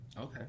Okay